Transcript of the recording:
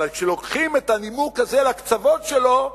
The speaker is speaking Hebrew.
אבל כשלוקחים את הנימוק הזה לקצוות שלו,